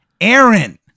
Aaron